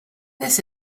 this